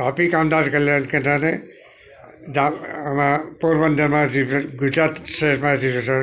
વાપી કામદાર કલ્યાણ કેન્દ્રને જામ આમાં પોરબંદરમાંથી ગુજરાત શહેરમાંથી તો તો ક્યારે